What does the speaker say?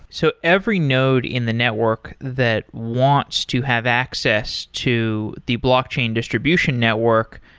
so every node in the network that wants to have access to the blockchain distribution network,